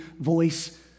voice